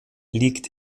liegt